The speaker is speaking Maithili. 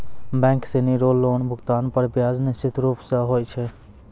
बैक सिनी रो लोन भुगतान पर ब्याज निश्चित रूप स होय छै